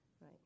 right